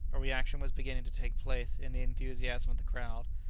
a reaction was beginning to take place in the enthusiasm of the crowd.